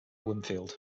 winfield